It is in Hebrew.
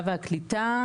והקליטה,